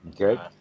okay